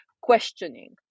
questioning